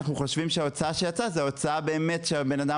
אנחנו חושבים שההוצאה שיצאה היא ההוצאה שבן האדם